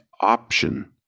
option